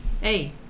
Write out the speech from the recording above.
Hey